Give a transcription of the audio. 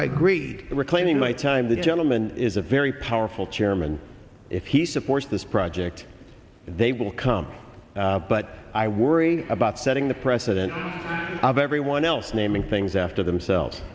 i agree that reclaiming my time the gentleman is a very powerful chairman if he supports this project they will come but i worry about setting the precedent of everyone else naming things after themselves